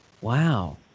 Wow